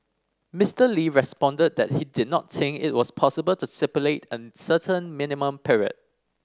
Mister Lee responded that he did not think it was possible to stipulate a certain minimum period